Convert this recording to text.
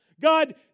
God